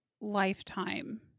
lifetime